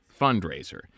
fundraiser